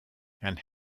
and